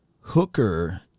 Hooker